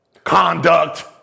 Conduct